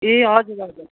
ए हजुर हजुर